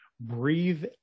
breathe